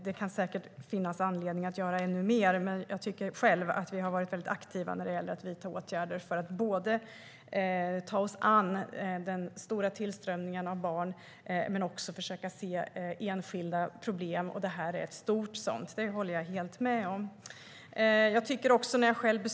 Det kan säkert finnas anledning att göra ännu mer, men jag tycker själv att vi har varit aktiva med att vidta åtgärder för att både ta oss an den stora tillströmningen av barn och försöka se enskilda problem. Det här är ett stort problem. Det håller jag helt med om. Regeringen har lagt förslag på riksdagens bord om stödboende.